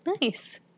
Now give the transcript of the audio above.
Nice